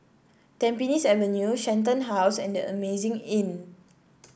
Tampines Avenue Shenton House and The Amazing Inn